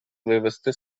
вивести